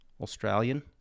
Australian